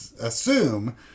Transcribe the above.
assume